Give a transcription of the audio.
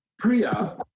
Priya